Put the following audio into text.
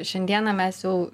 šiandieną mes jau